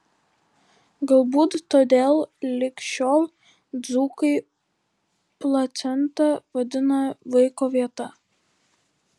galbūt todėl lig šiol dzūkai placentą vadina vaiko vieta